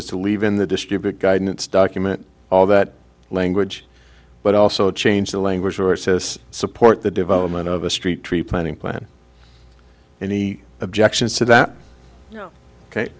is to leave in the distribute guidance document all that language but also change the language or says support the development of a street tree planting plan any objections to that ok